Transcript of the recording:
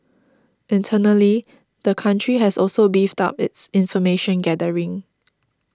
internally the country has also beefed up its information gathering